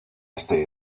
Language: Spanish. este